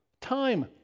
time